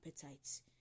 appetites